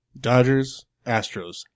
Dodgers-Astros